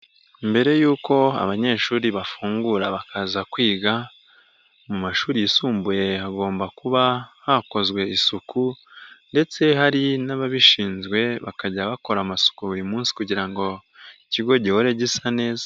Mbere y'uko abanyeshuri bafungura bakaza kwiga mu mashuri yisumbuye hagomba kuba hakozwe isuku ndetse hari n'ababishinzwe bakajya bakora amasuku buri munsi kugira ngo ikigo gihore gisa neza.